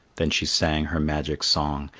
then she sang her magic song,